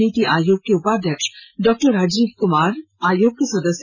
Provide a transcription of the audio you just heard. नीति आयोग के उपाध्यक्ष डॉक्टर राजीव कुमार आयोग के सदस्य